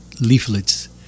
leaflets